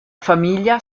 famiglia